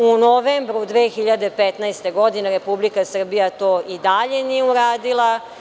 U novembru 2015. godine Republika Srbija to i dalje nije uradila.